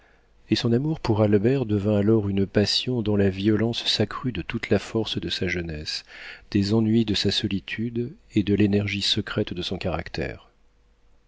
et son amour pour albert devint alors une passion dont la violence s'accrut de toute la force de sa jeunesse des ennuis de sa solitude et de l'énergie secrète de son caractère